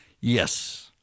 Yes